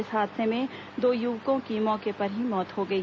इस हादसे में दो युवकों की मौके पर ही मौत हो गई